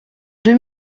deux